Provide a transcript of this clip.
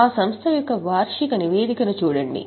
ఆ సంస్థ యొక్క వార్షిక నివేదికను చూడండి